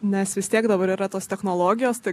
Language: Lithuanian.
nes vis tiek dabar yra tos technologijos tai